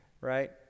Right